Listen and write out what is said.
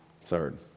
Third